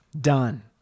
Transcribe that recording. Done